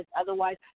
otherwise